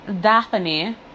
Daphne